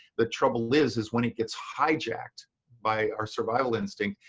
the trouble is is when it gets hijacked by our survival instinct,